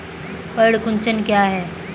पर्ण कुंचन क्या है?